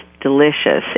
Delicious